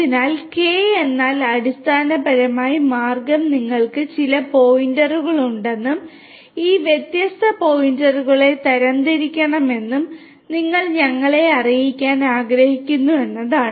അതിനാൽ K എന്നാൽ അടിസ്ഥാനപരമായി മാർഗം നിങ്ങൾക്ക് ചില പോയിന്റുകൾ ഉണ്ടെന്നും ഈ വ്യത്യസ്ത പോയിന്റുകളെ തരംതിരിക്കണമെന്നും നിങ്ങൾ ഞങ്ങളെ അറിയിക്കാൻ ആഗ്രഹിക്കുന്നു എന്നതാണ്